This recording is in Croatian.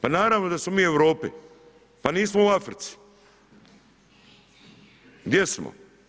Pa naravno da smo mi u Europi, pa nismo u Africi, gdje smo?